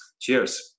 cheers